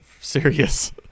serious